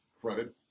credit